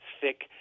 thick